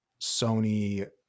Sony